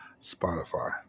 Spotify